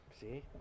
see